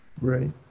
Right